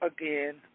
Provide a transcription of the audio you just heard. again